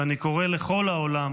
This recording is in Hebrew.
ואני קורא לכל העולם